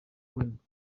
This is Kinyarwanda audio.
wemba